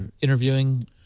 interviewing